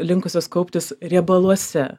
linkusios kauptis riebaluose